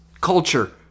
culture